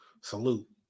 salute